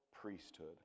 priesthood